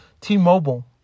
T-Mobile